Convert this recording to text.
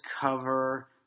cover